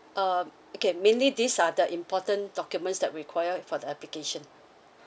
um okay mainly these are the important documents that we require for the application